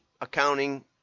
accounting